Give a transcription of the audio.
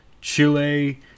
Chile